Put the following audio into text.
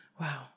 Wow